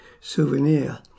souvenir